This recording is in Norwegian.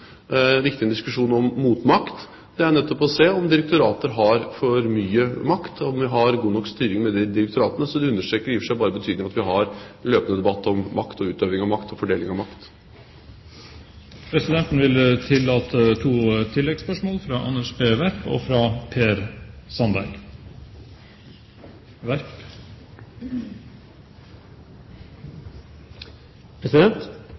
diskusjon om motmakt, er nettopp å se om direktorater har for mye makt, og om vi har god nok styring med direktoratene. Så det understreker i og for seg bare betydningen av at vi har en løpende debatt om makt, utøving av makt og fordeling av makt. Det blir gitt anledning til to tilleggsspørsmål – først Anders B. Werp.